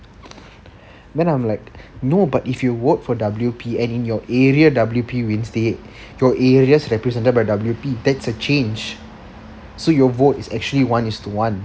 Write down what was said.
then I'm like no but if you work for W_P and in your area W_P wins your area is represented by W_P that's a change so your vote is actually one is to one